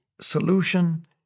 solution